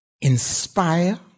inspire